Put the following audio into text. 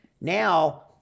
Now